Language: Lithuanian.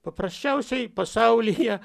paprasčiausiai pasaulyje